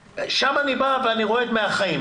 שם אני בא ואני רואה את החיים,